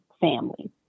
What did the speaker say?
family